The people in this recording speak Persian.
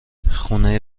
خونه